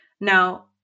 Now